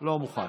לא מוכן.